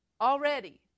Already